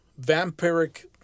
vampiric